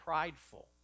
prideful